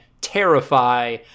terrify